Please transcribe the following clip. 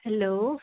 hello